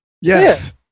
Yes